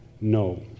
No